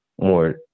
more